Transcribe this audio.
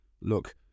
Look